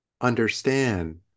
understand